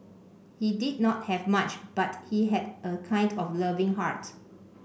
he did not have much but he had a kind and loving heart